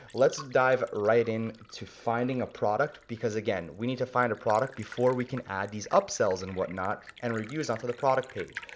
let's dive right in to finding a product because, again, we need to find a product before we can add these upsells and whatnot, and reviews onto the product page.